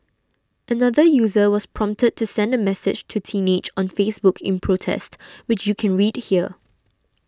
another user was prompted to send a message to Teenage on Facebook in protest which you can read here